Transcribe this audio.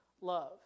love